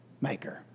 maker